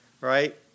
right